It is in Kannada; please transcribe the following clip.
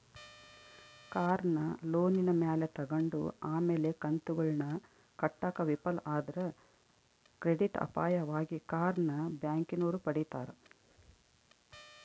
ಕಾರ್ನ ಲೋನಿನ ಮ್ಯಾಲೆ ತಗಂಡು ಆಮೇಲೆ ಕಂತುಗುಳ್ನ ಕಟ್ಟಾಕ ವಿಫಲ ಆದ್ರ ಕ್ರೆಡಿಟ್ ಅಪಾಯವಾಗಿ ಕಾರ್ನ ಬ್ಯಾಂಕಿನೋರು ಪಡೀತಾರ